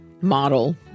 model